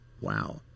Wow